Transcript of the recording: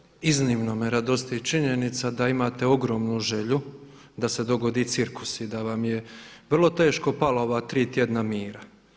PREDSJEDNIK: Iznimno me radosti činjenica da imate ogromnu želju da se dogodi cirkus i da vam je vrlo teško palo ova tri tjedna mira.